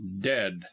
dead